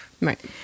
Right